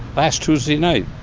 last tuesday night.